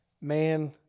man